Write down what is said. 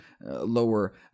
lower